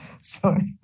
Sorry